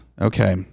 Okay